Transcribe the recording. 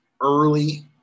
early